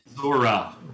Zora